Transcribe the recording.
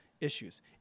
issues